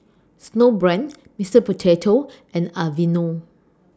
Snowbrand Mister Potato and Aveeno